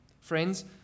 Friends